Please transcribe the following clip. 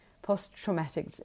post-traumatic